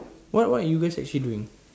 what what you guys actually doing